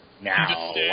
Now